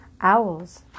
Owls